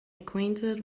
acquainted